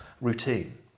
routine